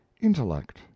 intellect